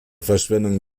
verschwendung